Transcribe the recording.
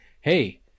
hey